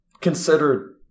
considered